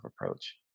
approach